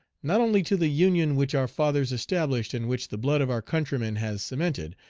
not only to the union which our fathers established, and which the blood of our countrymen has cemented,